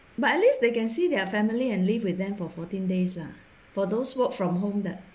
but at least they can see their family and live with them for fourteen days lah for those work from home 的